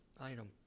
item